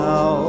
Now